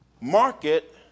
Market